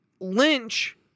Lynch